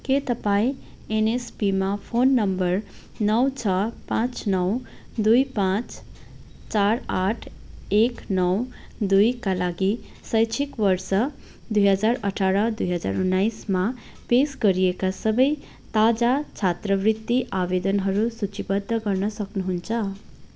के तपाईँ एनएसपीमा फोन नम्बर नौ छ पाँच नौ दुई पाँच चार आठ एक नौ दुईका लागि शैक्षिक वर्ष दुई हजार अठार दुई हजार उन्नाइसमा पेस गरिएका सबै ताजा छात्रवृत्ति आवेदनहरू सूचीबद्ध गर्न सक्नुहुन्छ